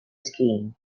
skiing